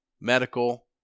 medical